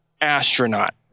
Astronaut